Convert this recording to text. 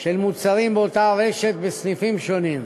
של מוצרים באותה הרשת בסניפים שונים.